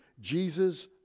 jesus